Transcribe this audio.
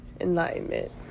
enlightenment